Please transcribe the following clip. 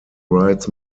rights